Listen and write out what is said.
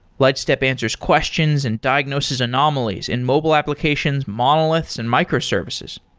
lightstep answers questions and diagnosis anomalies in mobile applications, monoliths and microservices.